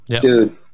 dude